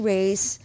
Race